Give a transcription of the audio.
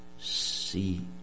see